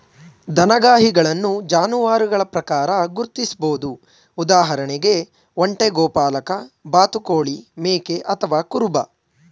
ದನಗಾಹಿಗಳನ್ನು ಜಾನುವಾರುಗಳ ಪ್ರಕಾರ ಗುರ್ತಿಸ್ಬೋದು ಉದಾಹರಣೆಗೆ ಒಂಟೆ ಗೋಪಾಲಕ ಬಾತುಕೋಳಿ ಮೇಕೆ ಅಥವಾ ಕುರುಬ